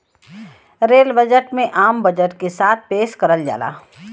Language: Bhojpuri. रेल बजट में आम बजट के साथ पेश करल जाला